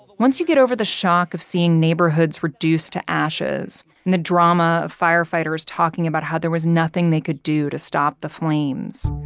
once you get over the shock of seeing neighborhoods reduced to ashes, and the drama of firefighters talking about how there was nothing they could do to stop the flames,